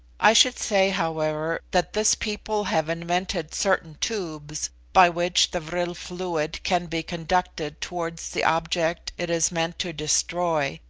i should say, however, that this people have invented certain tubes by which the vril fluid can be conducted towards the object it is meant to destroy,